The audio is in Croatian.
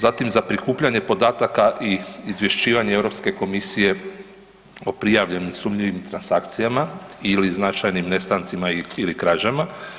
Zatim za prikupljanje podataka i izvješćivanje Europske komisije o prijavljenim sumnjivim transakcijama ili značajnim nestancima ili krađama.